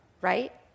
right